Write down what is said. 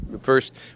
First